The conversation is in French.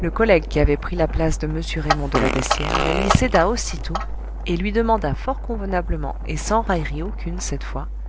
le collègue qui avait pris la place de m raymond de la beyssière la lui céda aussitôt et lui demanda fort convenablement et sans raillerie aucune cette fois